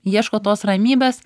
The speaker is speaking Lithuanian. ieško tos ramybės